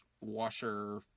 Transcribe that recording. washer